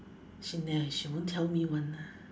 she ne~ she won't tell me [one] ah